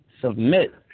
submit